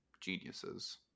geniuses